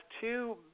two